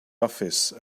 office